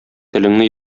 телеңне